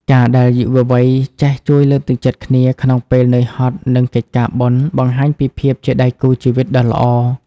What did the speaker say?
ការដែលយុវវ័យចេះ "ជួយលើកទឹកចិត្តគ្នា" ក្នុងពេលនឿយហត់នឹងកិច្ចការបុណ្យ បង្ហាញពីភាពជាដៃគូជីវិតដ៏ល្អ។